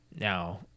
Now